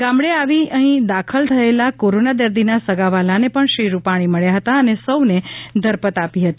ગામડે આવી અહી દાખલ થયેલા કોરોના દર્દીના સગાવહાલાને પણ શ્રી રૂપાણી મળ્યા હતા અને સૌને ધરપત આપી હતી